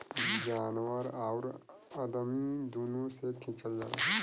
जानवर आउर अदमी दुनो से खिचल जाला